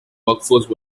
workforce